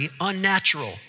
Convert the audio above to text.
unnatural